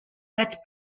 that